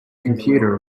computer